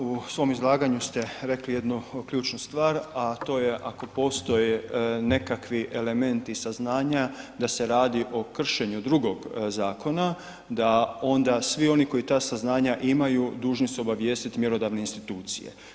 U svom izlaganju ste rekli jednu ključnu stvar a to je ako postoje nekakvi elementi saznanja da se radi o kršenju drugog zakona, da onda svi oni koji ta saznanja imaju, dužni su obavijestiti mjerodavne institucije.